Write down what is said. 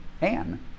Anne